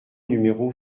numéro